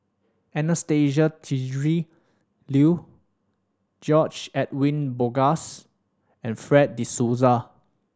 Anastasia Tjendri Liew George Edwin Bogaars and Fred De Souza